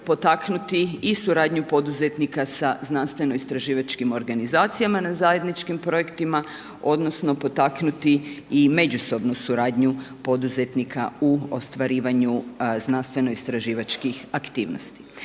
potaknuti i suradnju poduzetnika sa znanstveno istraživačkim organizacijama na zajedničkim projektima odnosno potaknuti i međusobnu suradnju poduzetnika u ostvarivanja znanstveno istraživačkih aktivnosti.